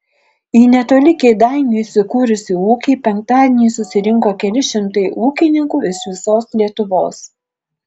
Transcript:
į netoli kėdainių įsikūrusį ūkį penktadienį susirinko keli šimtai ūkininkų iš visos lietuvos